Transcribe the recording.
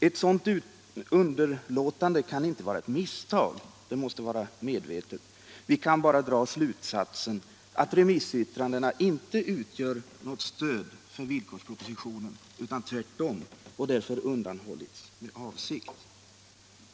Ett sådant underlåtande kan inte vara ett misstag — det måste vara medvetet. Vi kan bara dra slutsatsen att remissyttrandena inte utgör något stöd för villkorspropositionen utan tvärtom och därför med avsikt har undanhållits.